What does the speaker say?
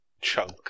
chunk